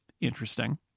interesting